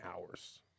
hours